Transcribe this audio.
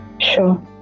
sure